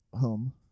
Home